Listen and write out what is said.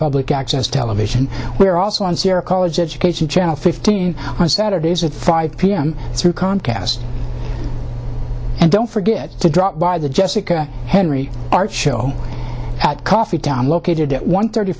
public access television we're also on sierra college education channel fifteen on saturdays at five p m through contrast and don't forget to drop by the jessica henry art show at coffee down located at one thirty